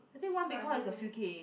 I think one Bitcoin is a few K